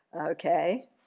Okay